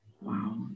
wow